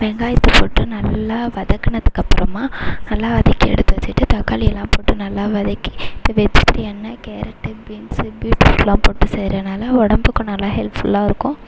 வெங்காயத்தை போட்டு நல்லா வதக்கினதுக்கு அப்புறமா நல்லா வதக்கி எடுத்து வச்சுட்டு தக்காளி எல்லாம் போட்டு நல்லா வதக்கி வெச்சுட்டு எண்ணெ கேரட்டு பீன்ஸு பீட்ரூட்லாம் போட்டு செய்றதுனால உடம்புக்கும் நல்லா ஹெல்ப்ஃபுல்லாக இருக்கும்